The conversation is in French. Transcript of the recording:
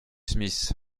smith